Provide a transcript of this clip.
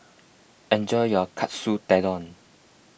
enjoy your Katsu Tendon